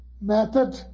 Method